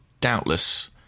doubtless